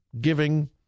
giving